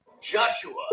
Joshua